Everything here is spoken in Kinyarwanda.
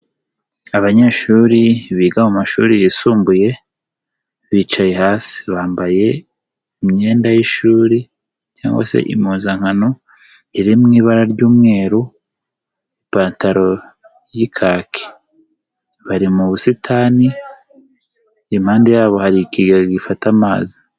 Abanyeshuri biga mu mashuri yisumbuye, bicaye hasi, bambaye imyenda y'ishuri cyangwa se impuzankano iri mu ibara ry'umweru, ipantaro y'ikake, bari mu busitani, impande yabo hari ikigega gifata amazi.